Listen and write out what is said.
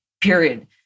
period